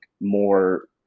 more